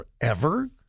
forever